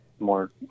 More